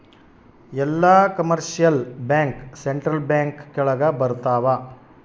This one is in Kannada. ಎಲ್ಲ ಕಮರ್ಶಿಯಲ್ ಬ್ಯಾಂಕ್ ಸೆಂಟ್ರಲ್ ಬ್ಯಾಂಕ್ ಕೆಳಗ ಬರತಾವ